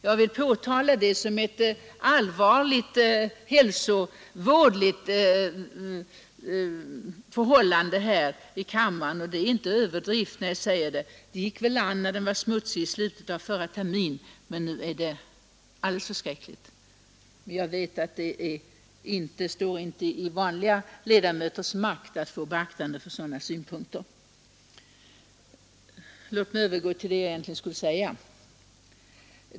Jag vill påtala detta som ett allvarligt hälsovådligt förhållande här i kammaren, och det är inte någon överdrift när jag säger det. Det gick väl an i slutet av förra sessionen när den var smutsig, men nu är det alldeles förskräckligt. Jag vet dock att det inte står i vanliga ledamöters makt att vinna beaktande för sådana synpunkter. Låt mig så övergå till det jag egentligen skulle säga.